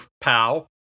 pal